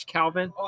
Calvin